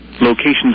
Locations